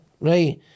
right